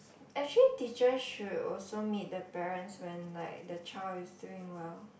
actually teacher should also meet the parents when like the child is doing well